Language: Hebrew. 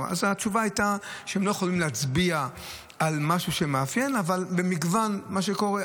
התשובה הייתה שהם לא יכולים להצביע על משהו מאפיין אבל במגוון מה שקורה,